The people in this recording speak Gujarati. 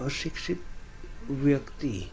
અશિક્ષિત વ્યક્તિ